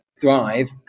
thrive